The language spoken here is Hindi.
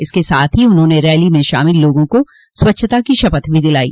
इसके साथ ही उन्होंने रैली में शामिल लोगों को स्वच्छता की शपथ भी दिलायी